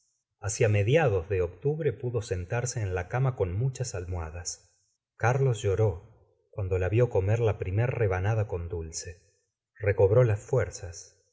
hacia mediados de octubre pudo sentarse en la cama con muchas almohadas carlos lloró cuando la vió comer la primer rebanada con dulce rocobró las fuerzas